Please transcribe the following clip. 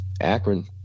Akron